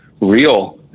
real